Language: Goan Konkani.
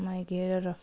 मागीर